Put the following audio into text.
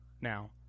now